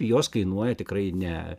jos kainuoja tikrai ne